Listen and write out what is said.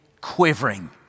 quivering